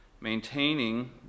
maintaining